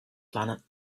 planet